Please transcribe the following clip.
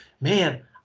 man